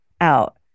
out